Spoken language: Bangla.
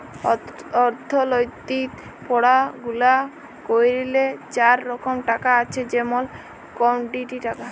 অথ্থলিতিক পড়াশুলা ক্যইরলে চার রকম টাকা আছে যেমল কমডিটি টাকা